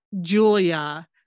Julia